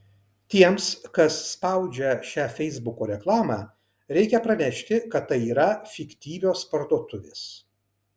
tiems kas spaudžia šią feisbuko reklamą reikia pranešti kad tai yra fiktyvios parduotuvės